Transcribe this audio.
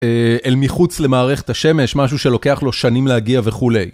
אל מחוץ למערכת השמש, משהו שלוקח לו שנים להגיע וכולי.